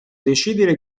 decidere